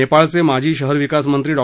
नेपाळचे माजी शहरविकास मंत्री डॉ